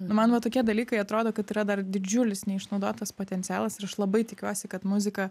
nu man va tokie dalykai atrodo kad yra dar didžiulis neišnaudotas potencialas ir aš labai tikiuosi kad muzika